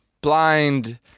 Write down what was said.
blind